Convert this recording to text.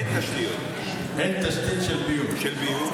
אין תשתית של ביוב.